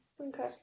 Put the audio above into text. Okay